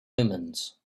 omens